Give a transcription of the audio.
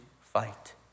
fight